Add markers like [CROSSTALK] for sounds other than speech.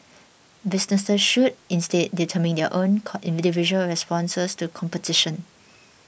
businesses should instead determine their own [UNINTELLIGIBLE] individual responses to competition